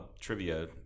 trivia